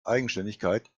eigenständigkeit